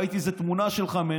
ראיתי תמונה שלך יושב,